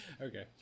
Okay